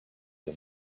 him